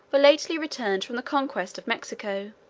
were lately returned from the conquest of mexico